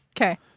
Okay